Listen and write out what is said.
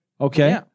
Okay